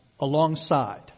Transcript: alongside